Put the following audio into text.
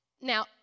Now